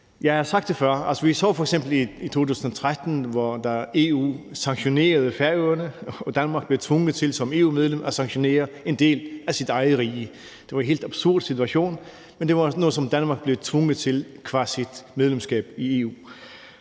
Jeg har sagt det før: Vi så det f.eks. i 2013, hvor EU sanktionerede Færøerne og Danmark blev tvunget til som EU-medlem at sanktionere en del af sit eget rige, og det var en helt absurd situation, men det var noget, som Danmark blev tvunget til qua sit medlemskab af EU.